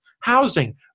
Housing